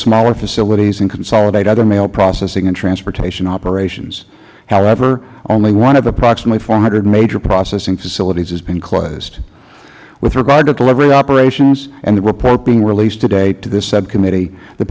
facilities and consolidate other mail processing and transportation operations however only one of approximately four hundred major processing facilities has been closed with regard to delivery operations and the report being released today to this subcommittee the